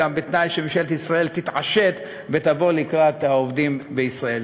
גם בתנאי שממשלת ישראל תתעשת ותבוא לקראת העובדים בישראל.